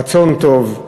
רצון טוב,